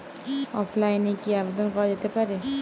অফলাইনে কি আবেদন করা যেতে পারে?